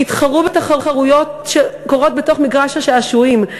שיתחרו בתחרויות שקורות בתוך מגרש השעשועים.